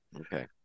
Okay